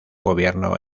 gobierno